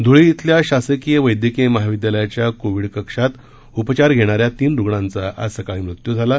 धुळे खिल्या शासकीय वैद्यकीय महाविद्यालयाच्या कोविड कक्षात उपचार घेणाऱ्या तीन रूग्णांचा आज सकाळी मृत्यू झाला